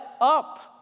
up